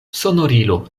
sonorilo